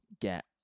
get